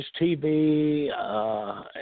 TV